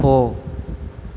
போ